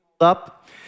up